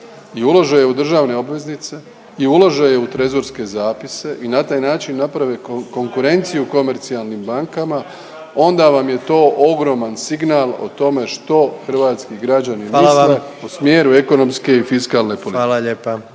i ulože je u državne obveznice i ulože je u trezorske zapise i na taj način naprave konkurenciju komercijalnim bankama onda vam je to ogroman signal o tome što hrvatski građani misle…/Upadica predsjednik: